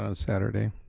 ah saturday.